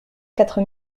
quatre